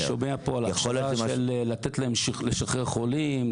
אני שומע פה על לתת להם לשחרר חולים,